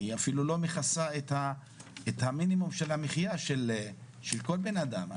היא אפילו לא מכסה את המינימום של המחיה של כל בן אדם.